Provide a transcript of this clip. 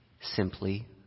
simply